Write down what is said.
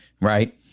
Right